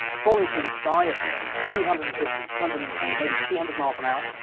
falling through the sky at two hundred and fifty, two hundred and twenty, maybe two hundred miles an hour,